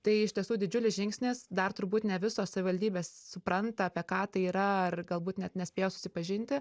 tai iš tiesų didžiulis žingsnis dar turbūt ne visos savivaldybės supranta apie ką tai yra ar galbūt net nespėjo susipažinti